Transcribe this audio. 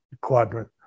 quadrant